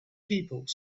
people